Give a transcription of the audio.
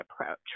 approach